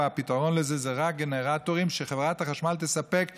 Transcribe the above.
והפתרון לה הוא רק גנרטורים שחברת החשמל תספק לציבור,